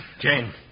Jane